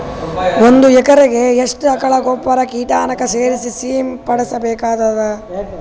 ಒಂದು ಎಕರೆಗೆ ಎಷ್ಟು ಆಕಳ ಗೊಬ್ಬರ ಕೀಟನಾಶಕ ಸೇರಿಸಿ ಸಿಂಪಡಸಬೇಕಾಗತದಾ?